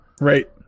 Right